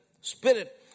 spirit